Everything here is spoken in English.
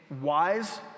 wise